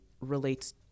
relates